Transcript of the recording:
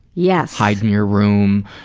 yes. hide in your room.